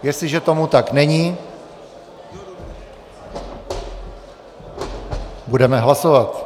Jestliže tomu tak není, budeme hlasovat.